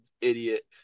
idiot